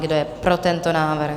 Kdo je pro tento návrh?